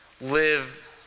live